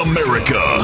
America